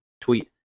tweet